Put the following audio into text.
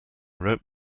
wrote